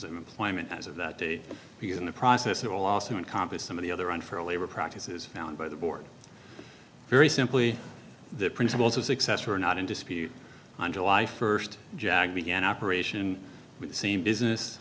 of employment as of that day because in the process of a lawsuit compas some of the other unfair labor practices found by the board very simply the principles of success were not in dispute on july first jag began operation with the same business